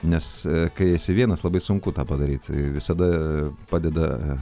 nes kai esi vienas labai sunku tą padaryt visada padeda